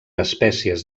espècies